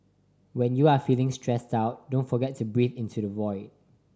when you are feeling stressed out don't forget to breathe into the void